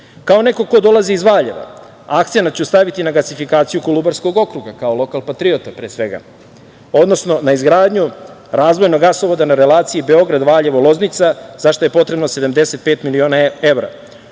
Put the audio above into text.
neko ko dolazi iz Valjeva, akcenat ću staviti na gasifikaciju Kolubarskog okruga, kao lokal patriota pre svega, odnosno na izgradnju razvojnog gasovoda na relaciji Beograd-Valjevo-Loznica, zašta je potrebno 75 miliona evra.U